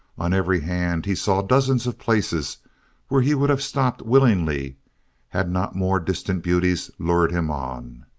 on every hand he saw dozens of places where he would have stopped willingly had not more distant beauties lured him on.